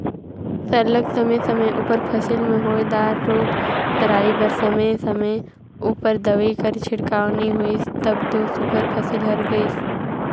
सरलग समे समे उपर फसिल में होए दार रोग राई बर समे समे उपर दवई कर छिड़काव नी होइस तब दो सुग्घर फसिल हर गइस